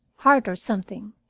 heart or something.